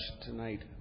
tonight